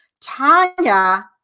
Tanya